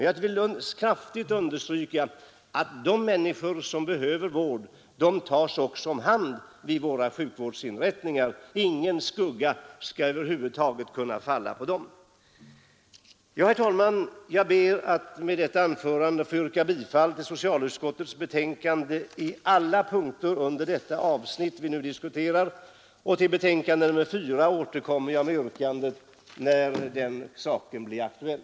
Jag vill kraftigt understryka att de människor som behöver vård också tas om hand i våra sjukvårdsinrättningar — ingen skugga skall över huvud taget kunna falla på dessa inrättningar. Herr talman! Jag ber med detta anförande att få yrka bifall till socialutskottets betänkande i alla punkter under det avsnitt vi nu diskuterar; till betänkande nr 4 återkommer jag med yrkande när den saken blir aktuell.